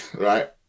right